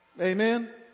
Amen